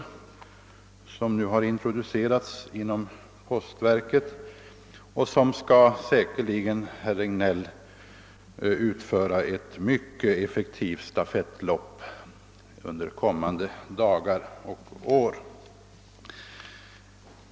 Denna bil har introducerats inom postverket och skall säkerligen, herr Regnéll, utföra ett mycket effektivt stafettlopp i framtiden.